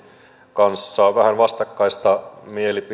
kanssa vähän vastakkaista